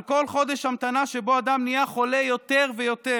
על כל חודש המתנה, שבו אדם נהיה חולה יותר ויותר,